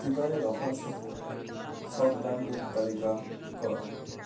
শিপারের অফারসহ সব ব্র্যান্ডের তালিকা কর